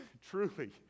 truly